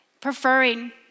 preferring